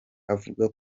avuga